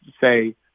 say